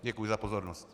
Děkuji za pozornost.